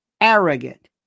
arrogant